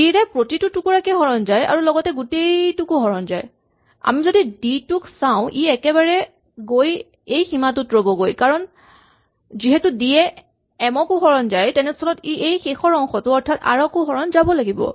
D ৰে প্ৰতিটো টুকুৰাকে হৰণ যায় আৰু লগতে গোটেইটোকো হৰণ যায় আমি যদি ডি টোক চাওঁ ই একেবাৰে গৈ এই সীমাত ৰ'বগৈ কাৰণ যিহেতু ডি এ এম কো হৰণ যায় তেনেস্হলত ই এই শেষৰ অংশটো অৰ্থাৎ আৰ কো হৰণ যাব লাগিব